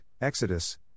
Exodus